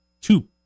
two